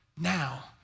Now